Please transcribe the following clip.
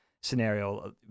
scenario